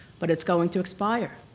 but it's going to expire.